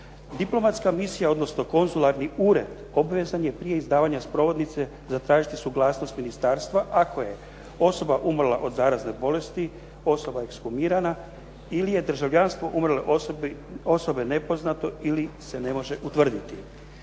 Diplomatska misija odnosno konzularni ured obvezan je prije izdavanja sprovodnice zatražiti suglasnost ministarstva ako je osoba umrla od zarazne bolesti, osoba ekshumirana ili je državljanstvo umrle osobe nepoznato ili se ne može utvrditi.